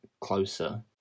closer